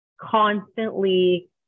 constantly